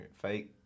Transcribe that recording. fake